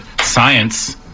science